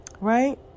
right